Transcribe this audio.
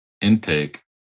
intake